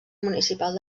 municipal